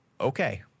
Okay